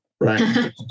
right